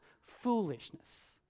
foolishness